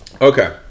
Okay